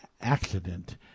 accident